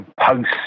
post